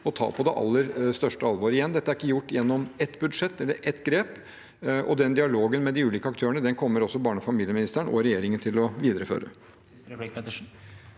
og ta på det aller største alvor. Igjen: Dette er ikke gjort gjennom ett budsjett eller ett grep. Dialogen med de ulike aktørene kommer også barne- og familieministeren og regjeringen til å videreføre.